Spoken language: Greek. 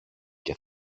και